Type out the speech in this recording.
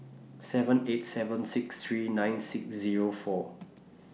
seven eight seven six three nine six Zero four